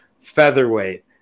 featherweight